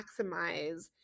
maximize